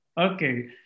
Okay